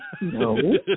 no